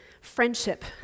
friendship